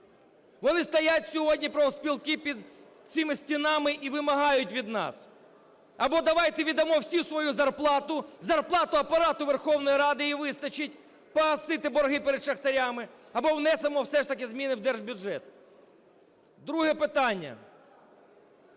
Вони стоять сьогодні, профспілки, під цими стінами і вимагають від нас. Або давайте віддамо всі свою зарплату, зарплату Апарату Верховної Ради, її вистачить погасити борги перед шахтарями, або внесемо все-таки зміни в держбюджет. Друге питання.